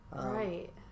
Right